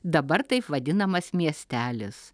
dabar taip vadinamas miestelis